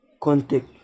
contact